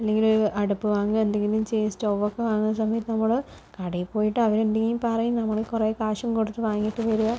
അല്ലെങ്കിലൊരു അടുപ്പ് വാങ്ങുകയോ എന്തെങ്കിലു ചെയ് സ്റ്റവ് ഒക്കെ വാങ്ങുന്ന സമയത്ത് നമ്മള് കടയിൽ പോയിട്ട് അവരെന്തെങ്കിലും പറയും നമ്മള് കുറേ കാശും കൊടുത്ത് വാങ്ങിയിട്ട് വരുക